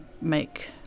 make